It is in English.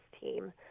team